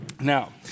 Now